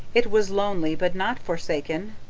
it was lonely but not forsaken.